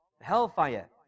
hellfire